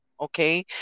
okay